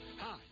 Hi